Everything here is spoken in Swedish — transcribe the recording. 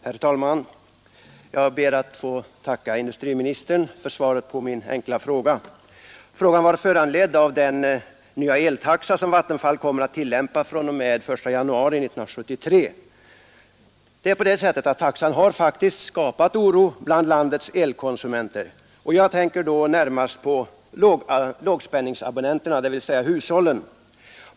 höjningar av el Herr talman! Jag ber att få tacka industriministern för svaret på min taxorna enkla fråga. Frågan var föranledd av den nya eltaxan som Vattenfall kommer att tillämpa fr.o.m. den 1 januari 1973. Taxan har faktiskt skapat oro bland landets elkonsumenter. Jag tänker då närmast på lågspänningsabonnenterna, dvs. hushållen.